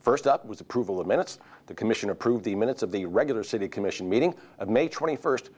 first up was approval of minutes the commission approved the minutes of the regular city commission meeting of may twenty first